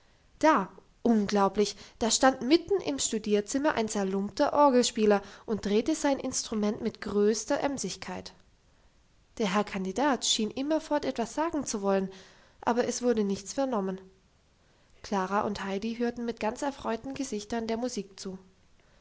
tür auf da unglaublich da stand mitten im studierzimmer ein zerlumpter orgelspieler und drehte sein instrument mit größter emsigkeit der herr kandidat schien immerfort etwas sagen zu wollen aber es wurde nichts vernommen klara und heidi hörten mit ganz erfreuten gesichtern der musik zu